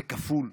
כפול,